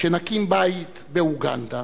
שנקים בית באוגנדה